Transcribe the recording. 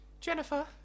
Jennifer